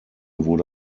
wurde